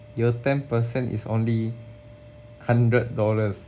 your ten percent is only hundred dollars